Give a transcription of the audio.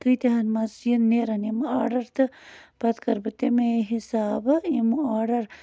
کۭتۍہن منٛز یِن نیرَن یِم آرڈر تہٕ پتہٕ کَرٕ بہٕ تَمے حِسابہٕ یِم آرڈر